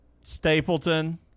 stapleton